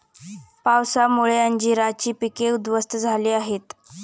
पावसामुळे अंजीराची पिके उध्वस्त झाली आहेत